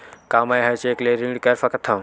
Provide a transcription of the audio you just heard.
का मैं ह चेक ले ऋण कर सकथव?